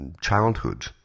childhood